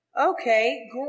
Okay